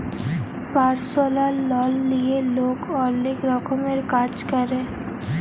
পারসলাল লল লিঁয়ে লক অলেক রকমের কাজ ক্যরে